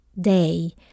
day